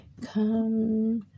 Come